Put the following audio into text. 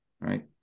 right